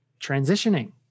transitioning